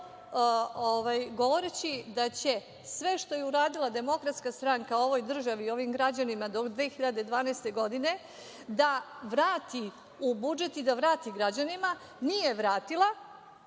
govoreći da će sve što je uradila DS ovoj državi i ovim građanima do 2012. godine da vrati u budžet i da vrati građanima, nije vratila,